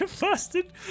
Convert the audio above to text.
busted